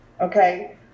Okay